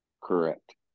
Correct